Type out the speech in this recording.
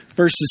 verses